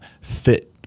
fit